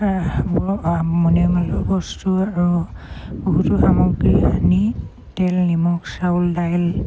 বস্তু আৰু বহুতো সামগ্ৰী আনি তেল নিমখ চাউল দাইল